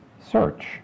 search